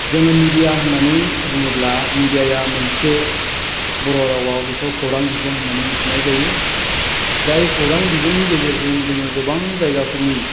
जोङो मिडिया होननानै बुङोब्ला मिडियाया मोनसे बर' रावआव बेखौ खौरां बिजों होननानै मिथिनाय जायो जाय खौरां बिजोंनि गेजेरजों जोङो गोबां जायगाफोरनि